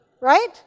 right